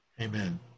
Amen